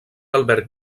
alberg